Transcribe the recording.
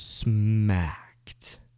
smacked